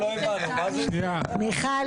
מיכל,